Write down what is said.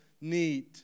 need